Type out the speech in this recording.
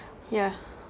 yeah